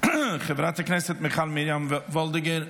חברת הכנסת מיכל מרים ולדיגר,